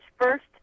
first